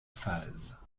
phase